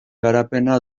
garapena